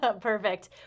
Perfect